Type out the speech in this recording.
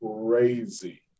crazy